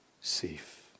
safe